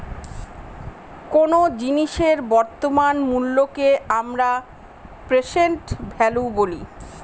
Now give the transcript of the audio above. কোন জিনিসের বর্তমান মুল্যকে আমরা প্রেসেন্ট ভ্যালু বলি